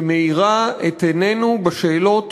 שמאירה את עינינו בשאלות